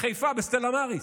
בחיפה, בסטלה מאריס,